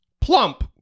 plump